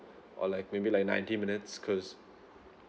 or like maybe like ninety minutes because